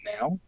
now